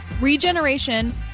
Regeneration